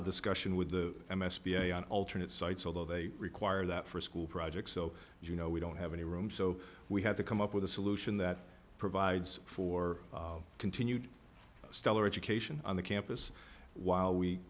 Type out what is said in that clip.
of discussion with the m s p on alternate sites although they require that for school projects so you know we don't have any room so we have to come up with a solution that provides for continued stellar education on the campus while we